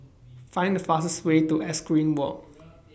Find The fastest Way to Equestrian Walk